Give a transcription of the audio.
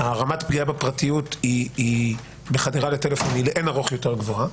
רמת הפגיעה בפרטיות בחדירה לטלפון היא לאין-ערוך יותר גבוהה,